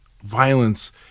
violence